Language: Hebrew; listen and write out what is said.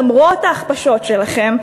למרות ההכפשות שלכם,